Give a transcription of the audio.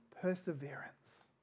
perseverance